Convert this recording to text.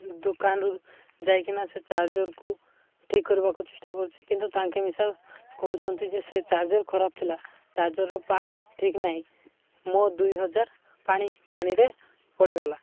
ଦୋକାନରୁ ଯାଇକିନା ସେ ଚାର୍ଜର୍କୁ ଠିକ୍ କରିବାକୁ ଚେଷ୍ଟା କରୁଛି କିନ୍ତୁ ତାଙ୍କେ ମିଶା କହୁଛନ୍ତି ଯେ ସେ ଚାର୍ଜର୍ ଖରାପ ଥିଲା ଚାର୍ଜର୍ର ପାର୍ଟସ ଠିକ୍ ନାହିଁ ମୋ ଦୁଇ ହଜାର ପାଣି ପାଣିରେ ପଳାଇଗଲା